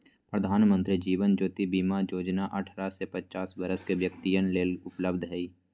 प्रधानमंत्री जीवन ज्योति बीमा जोजना अठारह से पचास वरस के व्यक्तिय लेल उपलब्ध हई